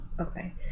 Okay